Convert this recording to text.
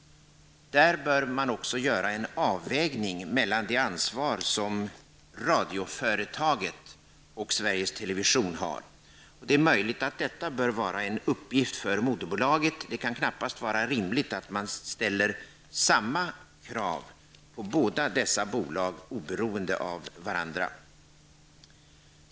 Där bör man också göra en avvägning mellan det ansvar som radioföretaget och Sveriges Television har. Det är möjligt att detta bör vara en uppgift för moderbolaget. Det kan knappast vara rimligt att man ställer samma krav på båda dessa bolag, oberoende av varandra.